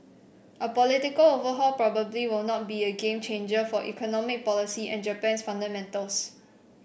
a political overhaul probably will not be a game changer for economic policy and Japan's fundamentals